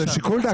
לשיקול דעת.